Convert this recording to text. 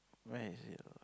where is it ah